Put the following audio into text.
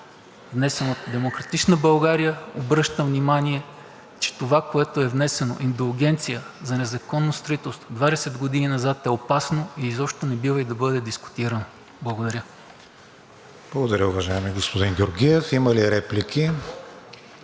внесен от „Демократична България“, обръщам внимание, че това, което е внесено – индулгенция за незаконно строителство, 20 години назад е опасно и изобщо и не бива да бъде дискутирано. Благодаря. ПРЕДСЕДАТЕЛ КРИСТИАН ВИГЕНИН: Благодаря, уважаеми господин Георгиев. Има ли реплики?